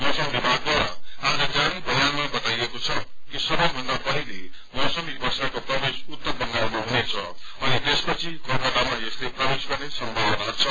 मौसम विभागद्वारा आज जारी बयानमा बताइएको छ कि सबैभन्दा पहिले मौसमी वर्षाको प्रवेश उत्तर बंगालमा हुनेछ अनि त्यसपछि कलकत्तामा यसले प्रवेश गर्ने संभावना छ